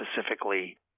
specifically